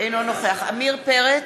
אינו נוכח עמיר פרץ,